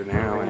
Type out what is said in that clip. now